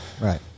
Right